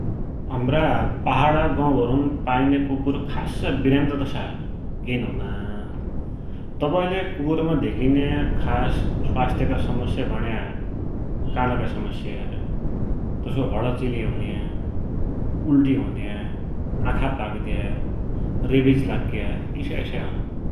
हमारा पहाडका गौघरुन पाइन्या कुकुर खासै तसा बिमारित केन हुना, तबै लै कुकुरमा धेकिन्या खास स्वास्थका समस्या भुन्या कानका समस्या, तसोइ हड चिले हुन्या, उल्टी औन्या, आँखा पाक्द्या, रेबिज लाग्या इसा इसाइ हुन् ।